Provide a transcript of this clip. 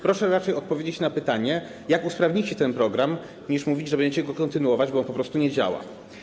Proszę raczej odpowiedzieć na pytanie, jak usprawnicie ten program, nie mówcie, że będziecie go kontynuować, bo on po prostu nie działa.